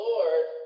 Lord